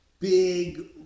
big